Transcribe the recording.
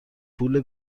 پول